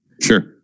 Sure